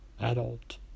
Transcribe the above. adult